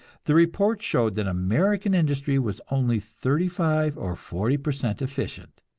the report showed that american industry was only thirty-five or forty per cent efficient.